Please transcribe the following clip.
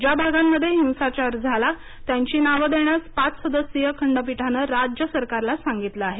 ज्या भागांमध्ये हिंसाचार झाला त्यांची नावं देण्यास पाच सदस्यीय खंडपीठानं राज्य सरकारला सांगितलं आहे